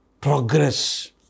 progress